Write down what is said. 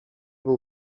był